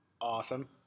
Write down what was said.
Awesome